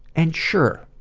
and sure,